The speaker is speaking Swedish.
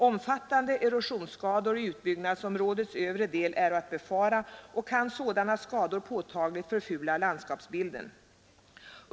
Omfattande erosionsskador i utbyggnadsområdets övre del äro att befara och kan sådana skador påtagligt förfula landskapsbilden.